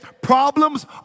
Problems